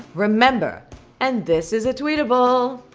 remember and this is a tweetable